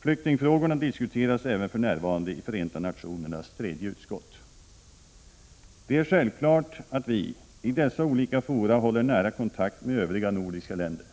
Flyktingfrågorna diskuteras även för närvarande i Förenta nationernas tredje utskott. Det är självklart att vi i dess olika fora håller nära kontakt med övriga nordiska länder.